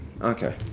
Okay